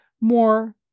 more